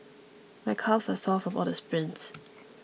my calves are sore from all the sprints